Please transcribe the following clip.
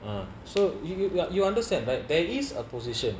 uh so you you you understand right there is a position